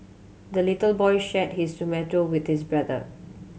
the little boy shared his tomato with his brother